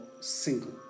single